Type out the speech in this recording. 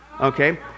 okay